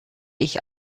ich